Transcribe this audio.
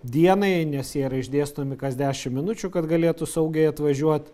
dienai nes jie yra išdėstomi kas dešim minučių kad galėtų saugiai atvažiuot